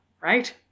right